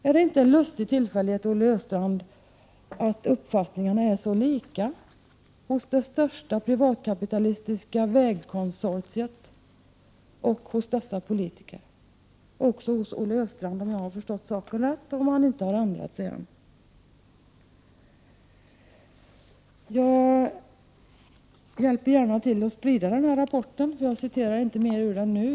Är det inte en lustig tillfällighet, Olle Östrand, att uppfattningarna är så lika hos det största privatkapitalistiska vägkonsortiet och hos dessa politiker, liksom också, om jag förstått saken rätt, hos Olle Östrand såvida han inte har ändrat sig? Jag hjälper gärna till med att sprida denna rapport. Jag skall inte citera mer ur den nu.